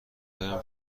هایم